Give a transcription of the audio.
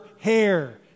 hair